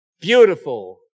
beautiful